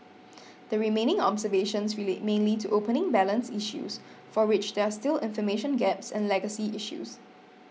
the remaining observations relate mainly to opening balance issues for which there are still information gaps and legacy issues